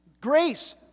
grace